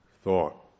thought